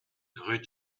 rue